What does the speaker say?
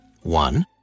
One